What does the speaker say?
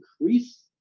increase